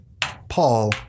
Paul